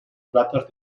platos